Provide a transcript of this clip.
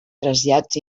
trasllats